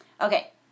Okay